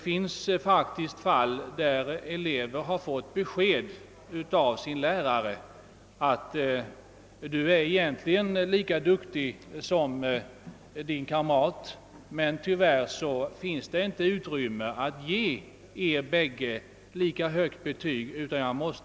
En elev kan t.ex. få besked av sin lärare att han egentligen är lika duktig som sin kamrat men att det tyvärr inte finns utrymme för att ge dem bägge lika högt betyg.